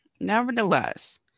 Nevertheless